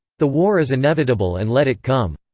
the war is inevitable and let it come!